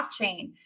blockchain